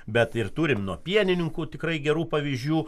bet ir turim nuo pienininkų tikrai gerų pavyzdžių